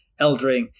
eldering